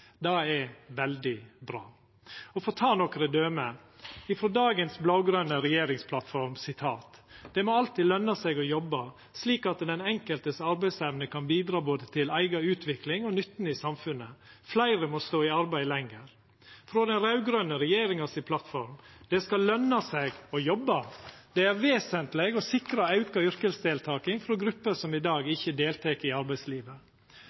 Det er veldig bra. For å ta nokre døme: Frå dagens blå-grøne regjeringsplattform: «Det må alltid lønne seg å jobbe, slik at den enkeltes arbeidsevne kan bidra både til egen utvikling og samfunnets nytte. Flere må stå i arbeid lenger.» Frå den raud-grøne regjeringa si plattform: «Det er vesentlig å sikre økt yrkesdeltakelse fra grupper som i dag ikke deltar i arbeidslivet.